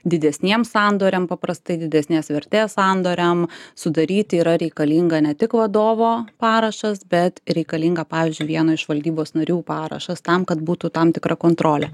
didesniems sandoriam paprastai didesnės vertės sandoriam sudaryti yra reikalinga ne tik vadovo parašas bet reikalinga pavyzdžiui vieno iš valdybos narių parašas tam kad būtų tam tikra kontrolė